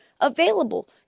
available